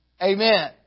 Amen